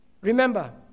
Remember